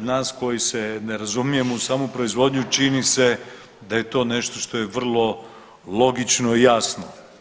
nas koji se ne razumijemo u samu proizvodnju čini se da je to nešto što je vrlo logično i jasno.